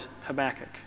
Habakkuk